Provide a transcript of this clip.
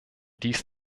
dies